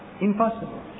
Impossible